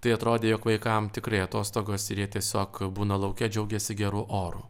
tai atrodė jog vaikam tikrai atostogos ir jie tiesiog būna lauke džiaugiasi geru oru